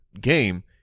game